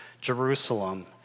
Jerusalem